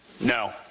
No